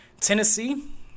Tennessee